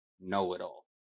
know-it-all